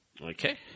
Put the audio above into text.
Okay